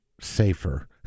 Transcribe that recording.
safer